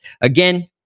again